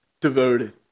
devoted